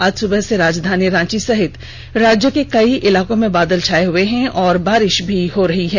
आज सुबह से राजधानी रांची सहित राज्य के कई इलाकों में बादल छाये हुये हैं और बारिश भी हो रही है